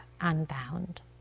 unbound